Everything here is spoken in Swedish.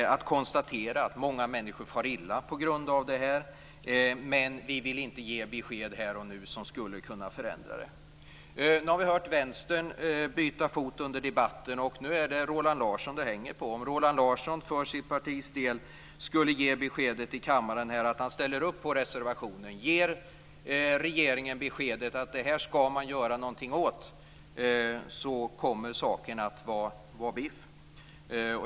Man konstaterar att många människor far illa på grund av detta, men man vill inte ge några besked här och nu som skulle förändra det. Nu har vi hört att Vänsterpartiet bytt fot under debatten. Det är Roland Larsson det nu hänger på. Om Roland Larsson för sitt partis del skulle ge beskedet att han ställer upp på reservationen och ger regeringen beskedet att man skall göra någonting åt detta, kommer saken att vara biff.